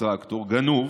הטרקטור היה גנוב.